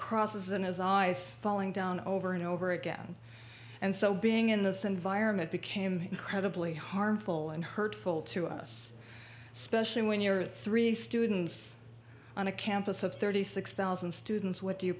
crosses and his eyes falling down over and over again and so being in this environment became incredibly harmful and hurtful to us especially when you're three students on a campus of thirty six thousand students what do you